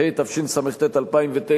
התשס"ט 2009,